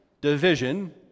division